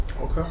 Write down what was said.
Okay